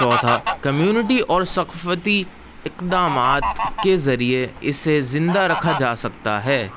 چوتھا کمیونٹی اور ثقافتی اقدامات کے ذریعے اس سے زندہ رکھا جا سکتا ہے